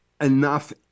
enough